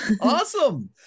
awesome